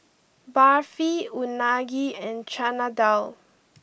Barfi Unagi and Chana Dal